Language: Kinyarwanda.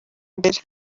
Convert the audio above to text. mbere